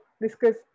discuss